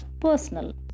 personal